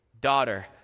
Daughter